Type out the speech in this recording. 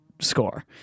score